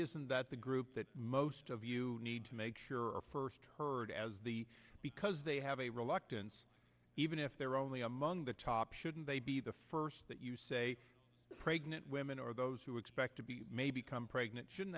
isn't that the group that most of you need to make sure are first heard as the because they have a reluctance even if they're only among the top shouldn't they be the first that you say pregnant women or those who expect to be may become pregnant should